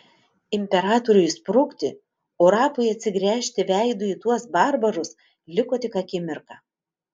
imperatoriui sprukti o rapui atsigręžti veidu į tuos barbarus liko tik akimirka